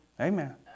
Amen